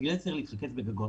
לכן צריך להתרכז בגגות.